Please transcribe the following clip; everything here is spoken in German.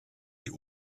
die